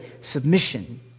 submission